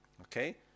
Okay